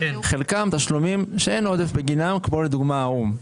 חלקם תשלומים שאין עודף בגינם כמו האו"ם.